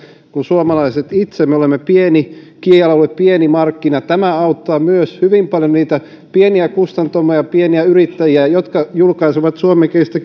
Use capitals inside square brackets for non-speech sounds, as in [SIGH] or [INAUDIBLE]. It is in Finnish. kuin suomalaiset itse me olemme pieni kielialue pieni markkina tämä auttaa hyvin paljon myös niitä pieniä kustantamoja pieniä yrittäjiä jotka julkaisevat suomenkielistä [UNINTELLIGIBLE]